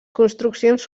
construccions